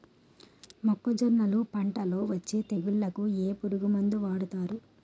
మొక్కజొన్నలు పంట లొ వచ్చే తెగులకి ఏ పురుగు మందు వాడతారు?